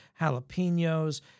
jalapenos